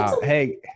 hey